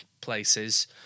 places